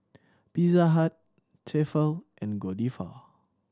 Pizza Hut Tefal and Godiva